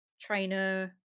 Trainer